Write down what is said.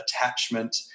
attachment